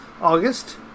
August